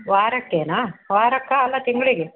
ವಾರಕ್ಕೇನ ವಾರಕ್ಕಾ ಅಲ್ಲ ತಿಂಗಳಿಗೆ